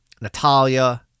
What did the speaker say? Natalia